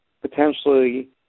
potentially